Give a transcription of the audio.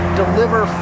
deliver